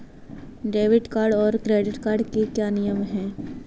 Debit card और credit card के क्या क्या नियम हैं?